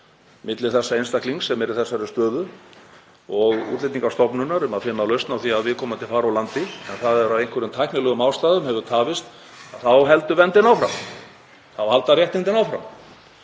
milli þess einstaklings sem er í þessari stöðu og Útlendingastofnunar um að finna lausn á því að viðkomandi fari úr landi en það hefur af einhverjum tæknilegum ástæðum tafist þá heldur verndin áfram. Þá halda réttindin áfram.